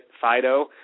Fido